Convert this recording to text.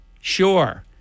Sure